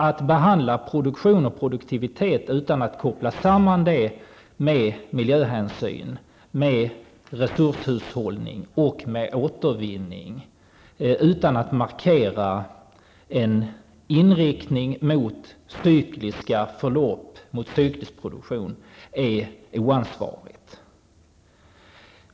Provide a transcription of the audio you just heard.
Att behandla produktion och produktivitet utan att koppla samman detta med miljöhänsyn, med resurshushållning och återvinning, utan att markera en inriktning mot cyklisk produktion, är oansvarigt.